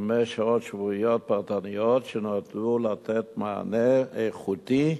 חמש שעות שבועיות פרטניות שנועדו לתת מענה איכותי ללומדים,